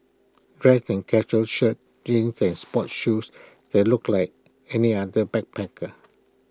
dressed in casual shirts jeans and sports shoes they looked like any other backpacker